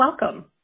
Welcome